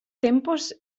tempos